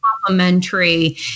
complementary